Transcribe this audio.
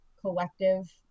collective